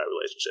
relationship